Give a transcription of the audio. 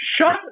Shut